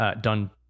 done